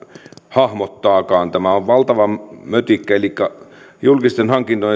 hahmottaakaan tämä on valtava mötikkä julkisten